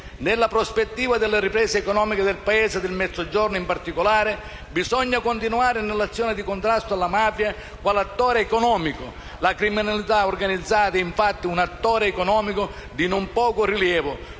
Nella prospettiva della ripresa economica del Paese e del Mezzogiorno in particolare, bisogna continuare nell'azione di contrasto alla mafia quale attore economico. La criminalità organizzata è, infatti, un attore economico non di poco rilievo,